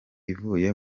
ivuye